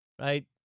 Right